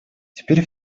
теперь